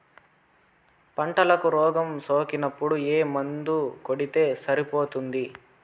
పంటకు రోగం సోకినపుడు ఏ మందు కొడితే సరిపోతుంది?